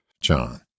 John